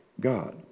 God